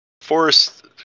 forest